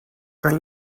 kan